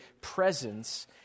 presence